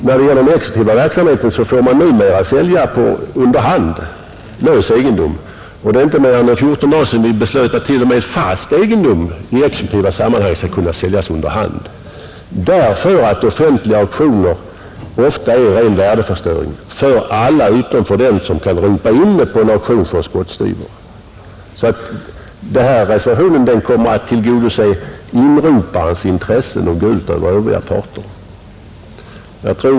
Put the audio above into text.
När det gäller den exekutiva verksamheten får numera lös egendom säljas under hand och det är inte mer än 14 dagar sedan vi beslöt att t.o.m. fast egendom i exekutiva sammanhang skall kunna säljas under hand därför att offentliga auktioner ofta är ren värdeförstöring för alla utom för den som kan ropa in något på en auktion för en ren spottstyver. Reservationen kommer således att tillgodose inroparnas intressen och gå ut över övriga parter.